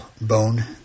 bone